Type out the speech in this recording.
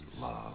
love